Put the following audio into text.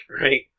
right